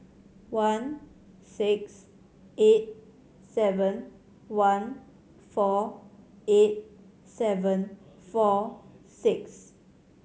one six eight seven one four eight seven four six